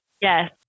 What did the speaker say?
Yes